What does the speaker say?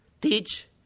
teach